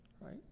Right